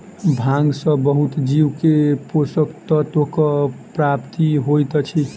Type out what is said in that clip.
भांग सॅ बहुत जीव के पोषक तत्वक प्राप्ति होइत अछि